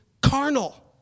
carnal